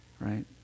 right